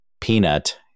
Peanut